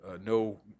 no